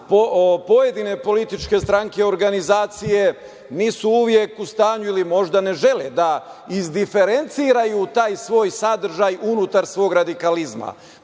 pojedine političke stranke, organizacije, nisu uvek u stanju ili možda ne žele da izdiferenciraju taj svoj sadržaj unutar svog radikalizma,